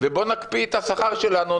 ובוא נקפיא את השכר שלנו,